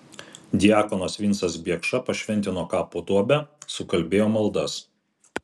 diakonas vincas biekša pašventino kapo duobę sukalbėjo maldas